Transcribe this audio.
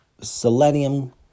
selenium